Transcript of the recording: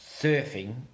surfing